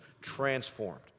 transformed